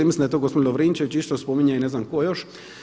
Mislim da je to gospodin Lovrinčević isto spominjao i ne znam tko još.